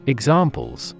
Examples